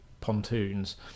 pontoons